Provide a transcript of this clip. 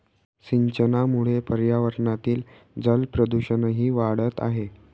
सिंचनामुळे पर्यावरणातील जलप्रदूषणही वाढत आहे